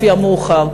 לפי המאוחר.